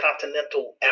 continental